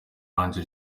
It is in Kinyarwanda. ange